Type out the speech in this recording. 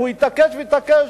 הוא התעקש והתעקש.